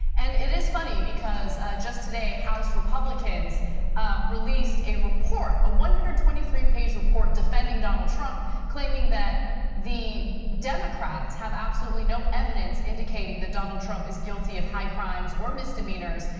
and it is funny because just today house republicans released a report a one hundred twenty three page report defending donald trump claiming that the democrats have absolutely no evidence indicating that donald trump is guilty of high crimes, or misdemeanors,